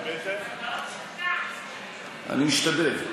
אני משתדל.